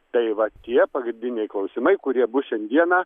tai va tie pagrindiniai klausimai kurie bus šiandieną